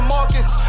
Marcus